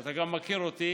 אתה גם מכיר אותי